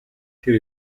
тэр